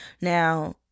now